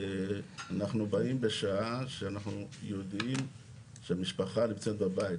אנחנו באים בשעה שאנחנו יודעים שהמשפחה נמצאת בבית,